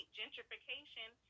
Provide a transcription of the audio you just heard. gentrification